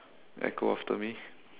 echo after me